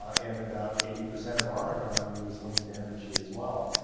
and about eighty percent of our economy was linked to energy as well.